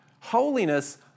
Holiness